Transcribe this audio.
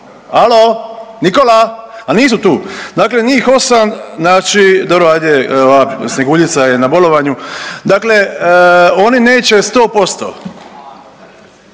alo, Nikolaaaa, a nisu tu, dakle njih 8 znači, dobro ajde ova Snjeguljica je na bolovanju, dakle oni neće